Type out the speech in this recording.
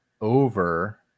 over